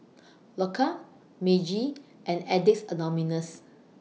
Loacker Meiji and Addicts Anonymous